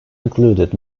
included